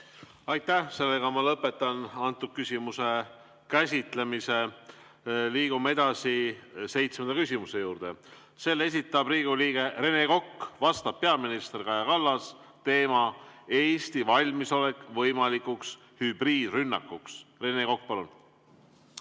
Aitäh! Ma lõpetan antud küsimuse käsitlemise. Liigume edasi seitsmenda küsimuse juurde. Selle esitab Riigikogu liige Rene Kokk, vastab peaminister Kaja Kallas ja teema on Eesti valmisolek võimalikuks hübriidrünnakuks. Rene Kokk, palun!